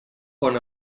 pon